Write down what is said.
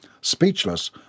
Speechless